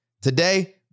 Today